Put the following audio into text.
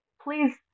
please